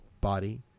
body